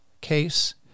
case